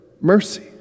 mercy